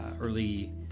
early